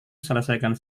selesaikan